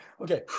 Okay